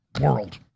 world